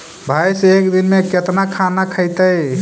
भैंस एक दिन में केतना खाना खैतई?